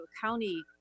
county